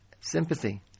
sympathy